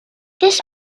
this